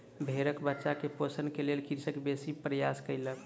भेड़क बच्चा के पोषण के लेल कृषक बेसी प्रयास कयलक